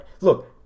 Look